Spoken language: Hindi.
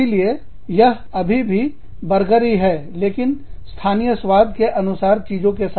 इसीलिए यह अभी भी बर्गर ही है लेकिन स्थानीय स्वाद के अनुसार चीजों के साथ